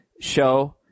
show